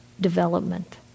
development